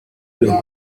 los